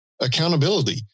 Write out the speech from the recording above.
accountability